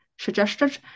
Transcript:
suggested